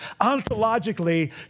ontologically